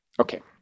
Okay